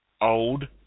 old